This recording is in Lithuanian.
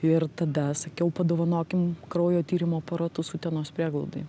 ir tada sakiau padovanokim kraujo tyrimo aparatus utenos prieglaudai